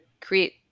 create